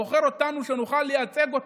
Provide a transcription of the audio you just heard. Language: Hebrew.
בוחר אותנו כדי שנוכל לייצג אותו.